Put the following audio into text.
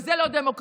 וזה לא דמוקרטי,